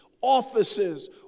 offices